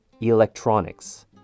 electronics